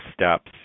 steps